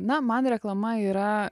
na man reklama yra